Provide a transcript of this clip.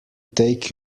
take